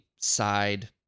side